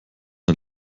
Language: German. ein